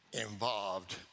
involved